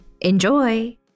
Enjoy